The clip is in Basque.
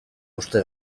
uste